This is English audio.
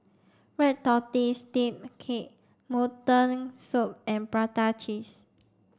red tortoise steamed cake mutton soup and Prata cheese